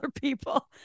people